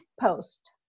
post